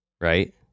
Right